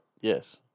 yes